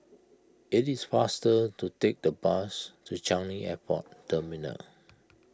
it is faster to take the bus to Changi Airport Terminal